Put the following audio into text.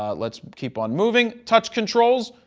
ah let's keep on moving. touch controls,